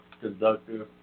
conductor